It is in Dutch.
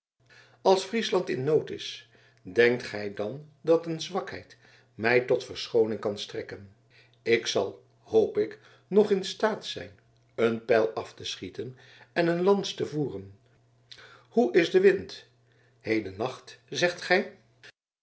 als friesland in nood is denkt gij dan dat een zwakheid mij tot verschooning kan strekken ik zal hoop ik nog in staat zijn een pijl af te schieten en een lans te voeren hoe is de wind hedennacht zegt gij